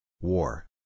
War